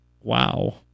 Wow